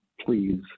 please